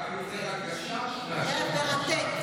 נראה לי יותר הגשש מאשר הרב משאש.